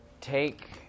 take